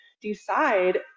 decide